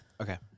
Okay